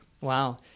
Wow